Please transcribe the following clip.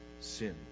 sin